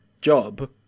job